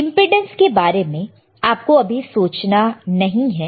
impedance के बारे में आपको अभी सोचना नहीं है